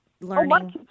learning